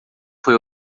foi